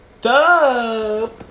dub